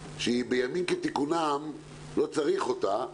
שבימים כתיקונם לא צריך אותה.